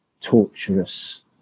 torturous